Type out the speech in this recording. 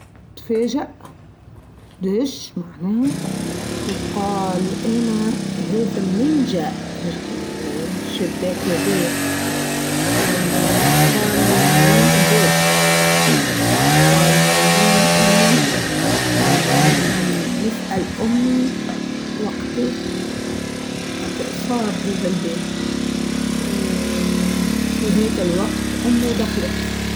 تفاجأ ليش معناها و قال أنا هاذا منين جاء الشباك هاذايا و قال الباب و قال يلزمني أنا نسأل أمي وقتاج صار هاذا الباب و ااا في هاكا الوقت أمه دخلت.